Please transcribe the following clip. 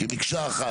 כמקשה אחת.